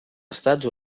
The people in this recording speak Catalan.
estats